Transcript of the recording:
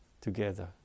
together